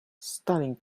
studying